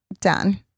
done